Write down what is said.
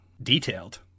detailed